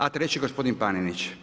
A treći gospodin Panenić.